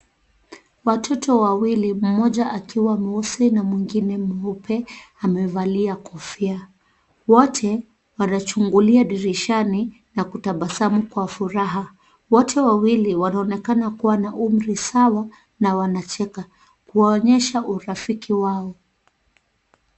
Watoto wawili mmoja akiwa mweusi na mwengine mweupe amevalia kofia. Wote wanachungulia dirishani na kutabasamu kwa furaha. Wote wawili wanaonekana kuwa na umri sawa na wanacheka kuonyesha urafiki wao.